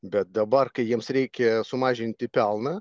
bet dabar kai jiems reikia sumažinti pelną